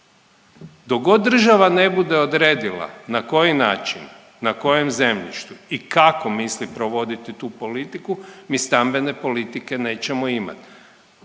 Dok god država ne bude odredila na koji način, na kojem zemljištu i kako misli provoditi tu politiku, mi stambene politike nećemo imati.